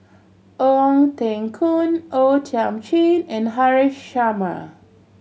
Ong Teng Koon O Thiam Chin and Haresh Sharma